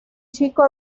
chico